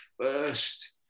first